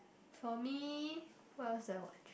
for me what else do I watch